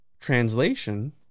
translation